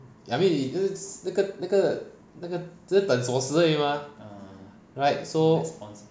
I mean 你就 si~ 那个那个那个日本锁匙而已嘛 right so